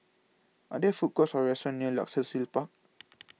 Are There Food Courts Or restaurants near Luxus Hill Park